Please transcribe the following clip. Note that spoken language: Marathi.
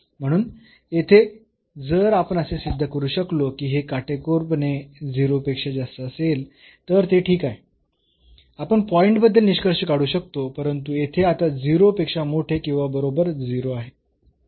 म्हणून येथे जर आपण असे सिद्ध करू शकलो की हे काटेकोरपणे 0 पेक्षा जास्त असेल तर ते ठीक आहे आपण पॉईंट बद्दल निष्कर्ष काढू शकतो परंतु येथे आता 0 पेक्षा मोठे किंवा बरोबर 0 आहे